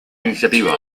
iniciativa